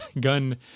gun